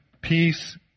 peace